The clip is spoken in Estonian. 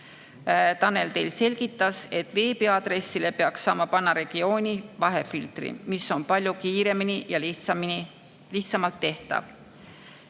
Tanel Tein selgitas, et veebiaadressile peaks saama panna regiooni vahefiltri, mis on palju kiiremini ja lihtsamini tehtav.